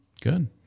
good